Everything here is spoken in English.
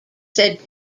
said